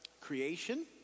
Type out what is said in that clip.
Creation